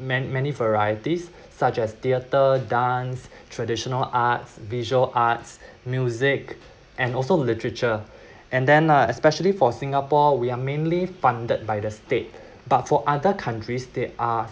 many many varieties such as theatre dance traditional arts visual arts music and also literature and then uh especially for singapore we are mainly funded by the state but for other countries they are